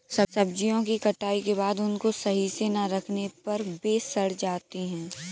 सब्जियों की कटाई के बाद उनको सही से ना रखने पर वे सड़ जाती हैं